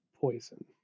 poison